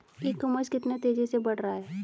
ई commerce कितनी तेजी से बढ़ रहा है?